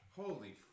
Holy